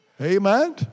Amen